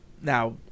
Now